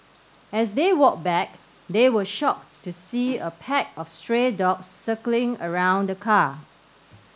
as they walked back they were shocked to see a pack of stray dogs circling around the car